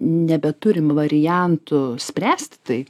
nebeturim variantų spręst tai